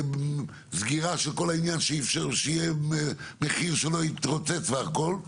סגירה של כל העניין שיהיה מחיר שלא יתרוצץ והכל,